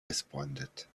responded